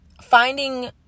finding